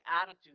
attitude